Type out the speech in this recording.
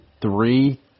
three